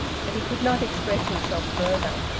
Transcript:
but he could not express himself further.